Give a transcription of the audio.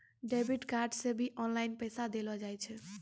debit card से भी online पैसा देलो जाय छै